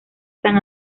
san